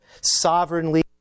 sovereignly